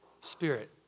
Spirit